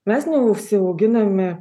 mes neužsiauginame